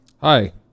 Hi